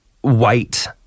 white